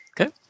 Okay